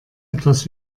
etwas